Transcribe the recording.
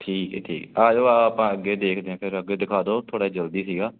ਠੀਕ ਹੈ ਠੀਕ ਆ ਜਾਓ ਆਹ ਆਪਾਂ ਅੱਗੇ ਦੇਖਦੇ ਹਾਂ ਫਿਰ ਅੱਗੇ ਦਿਖਾ ਦਿਓ ਥੋੜ੍ਹਾ ਜਲਦੀ ਸੀਗਾ